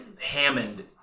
hammond